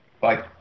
Bye